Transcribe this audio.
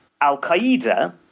al-Qaeda